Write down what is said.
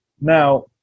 Now